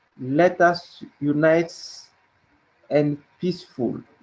let us unites and peaceful.